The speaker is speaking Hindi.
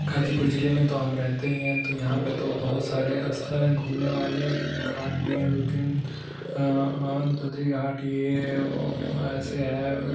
गाज़ीपुर जिले में तो हम रहते ही हैं तो यहाँ पर तो बहुत सारे स्थल हैं घूमने वाले घाट भी हैं दो तीन ददरी घाट यह वह ऐसे हैं